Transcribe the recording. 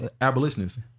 abolitionists